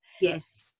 Yes